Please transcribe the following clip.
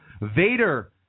Vader